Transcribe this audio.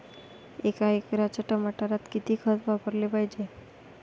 एका एकराच्या टमाटरात किती खत वापराले पायजे?